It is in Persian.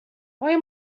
آیا